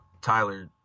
Tyler